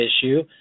issue